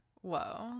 Whoa